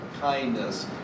kindness